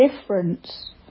difference